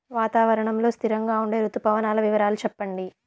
వాతావరణం లో స్థిరంగా ఉండే రుతు పవనాల వివరాలు చెప్పండి?